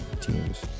teams